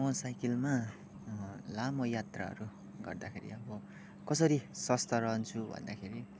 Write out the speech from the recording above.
म साइकलमा लामो यात्राहरू गर्दाखेरि अब कसरी स्वस्थ रहन्छु भन्दाखेरि